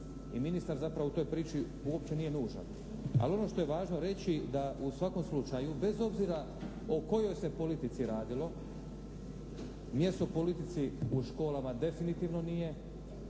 i ministar zapravo u toj priči uopće nije nužan. Al' ono što je važno reći da u svakom slučaju bez obzira o kojoj se politici radilo, mjesto politici u školama definitivno nije,